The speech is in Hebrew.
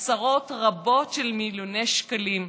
עשרות רבות של מיליוני שקלים,